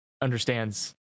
understands